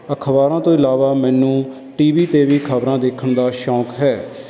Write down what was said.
ਅਖਬਾਰਾਂ ਤੋਂ ਇਲਾਵਾ ਮੈਨੂੰ ਟੀ ਵੀ 'ਤੇ ਵੀ ਖਬਰਾਂ ਦੇਖਣ ਦਾ ਸ਼ੌਕ ਹੈ